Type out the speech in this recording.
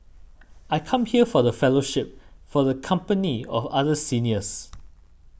I come here for the fellowship for the company of other seniors